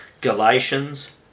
Galatians